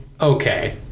okay